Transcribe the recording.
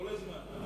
כל הזמן.